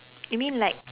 you mean like